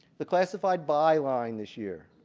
the classified by line this year.